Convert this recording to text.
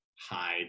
hide